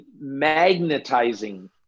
magnetizing